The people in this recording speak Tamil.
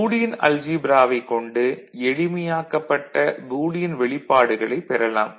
பூலியன் அல்ஜீப்ராவைக் கொண்டு எளிமையாக்கப்பட்ட பூலியன் வெளிப்பாடுகளைப் பெறலாம்